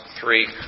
three